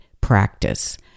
practice